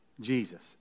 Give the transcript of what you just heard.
Jesus